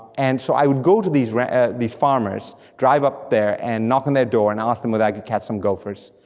and so i would go to these farmers, drive up there and knock on their door and ask them whether i could catch some gophers,